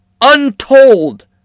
untold